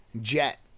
jet